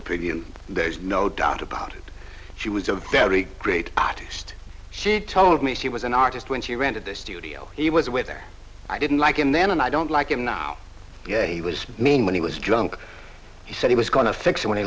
preview there's no doubt about it she was a very great artist she told me she was an artist when she rented the studio he was with her i didn't like him then and i don't like him now he was mean when he was drunk he said he was going to fix when he